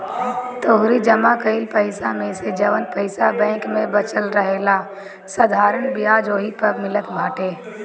तोहरी जमा कईल पईसा मेसे जवन पईसा बैंक में बचल रहेला साधारण बियाज ओही पअ मिलत बाटे